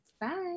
Bye